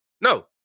No